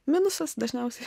minusas dažniausiai